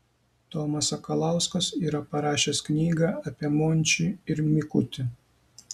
tomas sakalauskas yra parašęs knygą apie mončį ir mikutį